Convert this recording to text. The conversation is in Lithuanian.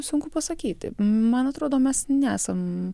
sunku pasakyti man atrodo mes nesam